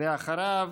ואחריו,